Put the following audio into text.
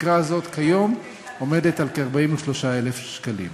תקרה זו עומדת כיום על כ-43,000 שקלים.